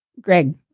Greg